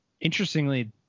interestingly